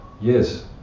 Yes